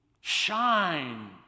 shine